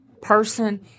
person